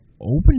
open